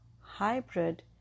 hybrid